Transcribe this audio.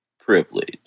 privilege